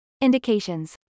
Indications